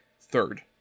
Third